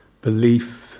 belief